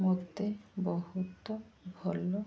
ମୋତେ ବହୁତ ଭଲ